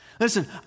Listen